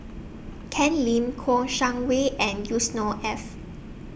Ken Lim Kouo Shang Wei and Yusnor Ef